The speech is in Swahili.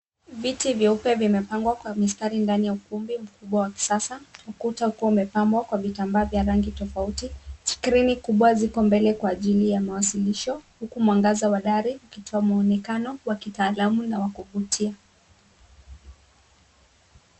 Viti vyeupe vimepangwa kwa mistari ndani ya ukumbi mkubwa wa kisasa. Ukuta ukiwa umepambwa kwa vitambaa vya rangi tofauti. Skirini kubwa ziko mbele kwa ajili ya mawasilisho, huku mwangaza wa dari ukitoa mwonekano wa kitaalamu na wa kuvutia.